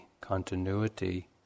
continuity